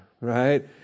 right